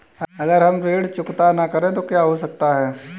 अगर हम ऋण चुकता न करें तो क्या हो सकता है?